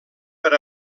per